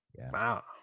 wow